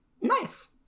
Nice